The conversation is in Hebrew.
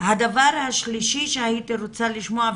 הדבר השלישי שהייתי רוצה לשמוע,